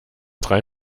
drei